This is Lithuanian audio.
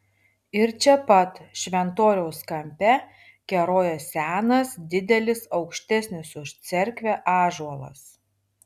ir čia pat šventoriaus kampe kerojo senas didelis aukštesnis už cerkvę ąžuolas